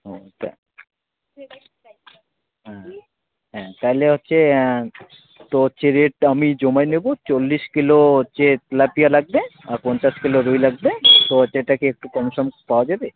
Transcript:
ও ওটা হ্যাঁ হ্যাঁ তাইলে হচ্ছে তো হচ্ছে রেট আমি জমায় নেব চল্লিশ কিলো হচ্ছে তেলাপিয়া লাগবে আর পঞ্চাশ কিলো রুই লাগবে তো হচ্ছে এটা কি একটু কম সম পাওয়া যাবে